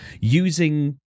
using